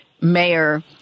mayor